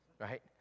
right